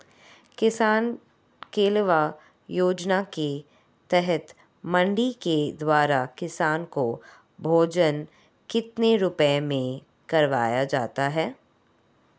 किसान कलेवा योजना के तहत मंडी के द्वारा किसान को भोजन कितने रुपए में करवाया जाता है?